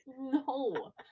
No